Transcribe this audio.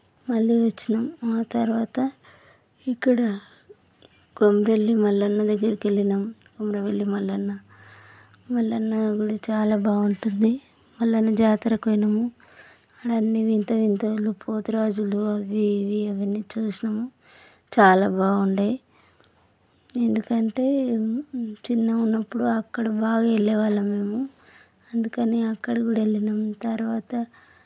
మళ్ళీ వచ్చినాము ఆ తర్వాత ఇక్కడ కొమరవెల్లి మల్లన్న దగ్గరికి వెళ్ళినాము కొమరవెల్లి మల్లన్న మల్లన్న గుడి చాలా బాగుంటుంది మల్లన్న జాతరకు పోయినాము ఆడ అన్ని వింత వింతలు పోతురాజులు అవి ఇవి అవన్నీ చూసినాము చాలా బాగుండే ఎందుకంటే చిన్న ఉన్నప్పుడు అక్కడ బాగా వెళ్ళే వాళ్ళము మేము అందుకని అక్కడికి కూడా వెళ్ళినాము తర్వాత